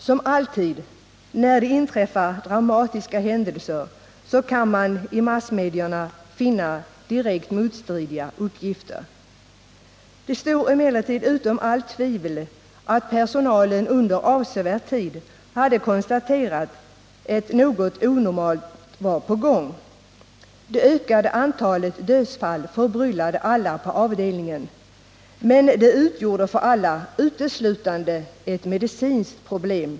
Som alltid när det inträffar dramatiska händelser kan man i massmedierna finna direkt motstridiga uppgifter. Det står emellertid utom allt tvivel att personalen under avsevärd tid hade konstaterat att något onormalt var på gång. Det ökande antalet dödsfall förbryllade alla på avdelningen. Men för alla utgjorde det uteslutande ett medicinskt problem.